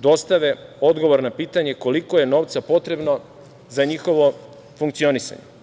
dostave odgovor na pitanje koliko je novca potrebno za njihovo funkcionisanje.